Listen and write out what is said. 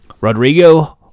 Rodrigo